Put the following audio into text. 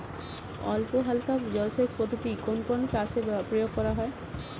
অল্পহালকা জলসেচ পদ্ধতি কোন কোন চাষে প্রয়োগ করা হয়?